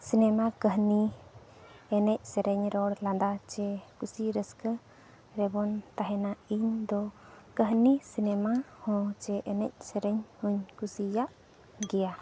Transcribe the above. ᱠᱟᱹᱦᱱᱤ ᱮᱱᱮᱡᱼᱥᱮᱨᱮᱧ ᱨᱚᱲ ᱞᱟᱸᱫᱟ ᱪᱮ ᱠᱩᱥᱤᱼᱨᱟᱹᱥᱠᱟᱹ ᱨᱮᱵᱚᱱ ᱛᱟᱦᱮᱱᱟ ᱤᱧ ᱫᱚ ᱠᱟᱹᱦᱱᱤ ᱦᱚᱸ ᱪᱮ ᱮᱱᱮᱡᱼᱥᱮᱨᱮᱧ ᱦᱚᱧ ᱠᱩᱥᱤᱭᱟᱜ ᱜᱮᱭᱟ